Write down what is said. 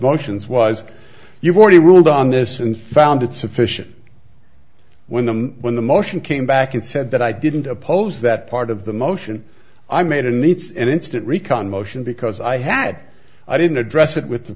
motions was you've already ruled on this and found it sufficient when the when the motion came back and said that i didn't oppose that part of the motion i made in it's an instant recount motion because i had i didn't address it with the